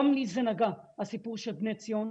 גם לי נגע הסיפור של בני ציון.